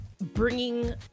bringing